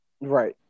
right